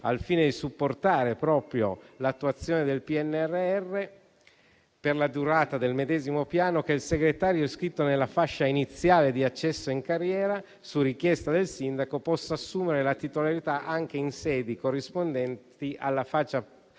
al fine di supportare proprio l'attuazione del PNRR per la durata del medesimo piano, che il segretario iscritto nella fascia iniziale di accesso in carriera su richiesta del sindaco possa assumere la titolarità anche in sedi corrispondenti alla fascia professionale